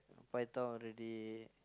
Paitao already